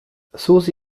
susi